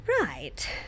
Right